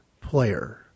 player